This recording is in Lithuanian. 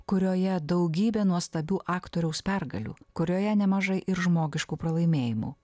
kurioje daugybė nuostabių aktoriaus pergalių kurioje nemažai ir žmogiškų pralaimėjimų